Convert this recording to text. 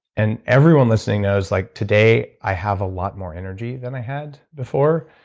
and everyone listening knows like today i have a lot more energy than i had before.